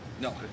No